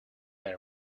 are